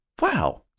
Wow